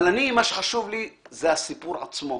אבל אני, מה שחשוב לי זה הסיפור עצמו.